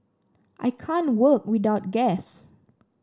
I can't work without gas